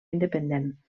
independent